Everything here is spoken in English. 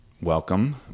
welcome